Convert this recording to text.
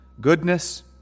goodness